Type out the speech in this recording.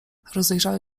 rozejrzałem